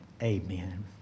Amen